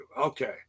Okay